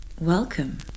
Welcome